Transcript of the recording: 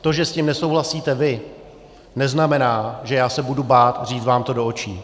To, že s tím nesouhlasíte vy, neznamená, že se budu bát říct vám to do očí.